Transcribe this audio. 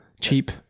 Cheap